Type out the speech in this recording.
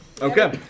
Okay